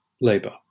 labour